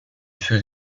fus